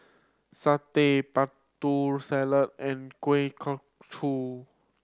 satay Putri Salad and Kuih Kochi